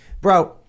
Bro